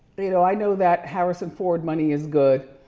you know i know that harrison ford money is good.